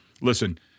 Listen